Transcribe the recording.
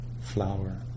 flower